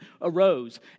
arose